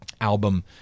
album